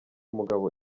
mugabo